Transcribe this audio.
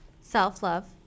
self-love